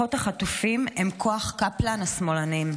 משפחות החטופים הם כוח קפלן השמאלנים,